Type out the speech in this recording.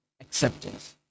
acceptance